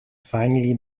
finally